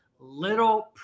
little